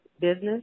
business